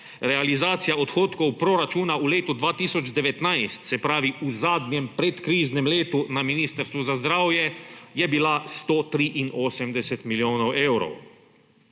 Realizacija odhodkov proračuna v letu 2019, se pravi v zadnjem predkriznem letu, na Ministrstvu za zdravje je bila 183 milijonov evrov.